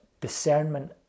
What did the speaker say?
discernment